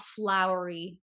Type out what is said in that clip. flowery